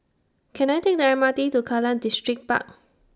Can I Take The M R T to Kallang Distripark